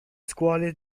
scuole